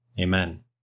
Amen